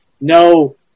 no